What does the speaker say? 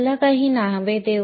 चला काही नावे देऊ